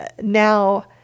now